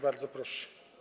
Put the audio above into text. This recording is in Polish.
Bardzo proszę.